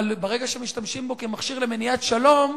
אבל ברגע שמשתמשים בו כמכשיר למניעת שלום,